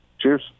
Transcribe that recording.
Cheers